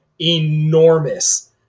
enormous